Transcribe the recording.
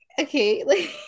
okay